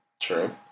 True